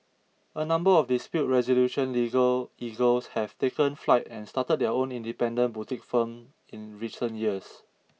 a number of dispute resolution legal eagles have taken flight and started their own independent boutique firms in recent years